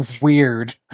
Weird